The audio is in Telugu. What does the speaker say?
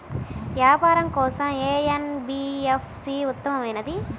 వ్యాపారం కోసం ఏ ఎన్.బీ.ఎఫ్.సి ఉత్తమమైనది?